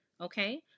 okay